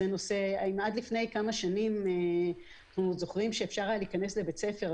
אם עד לפני כמה שנים אפשר היה להיכנס לבית ספר,